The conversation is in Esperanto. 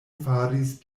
faris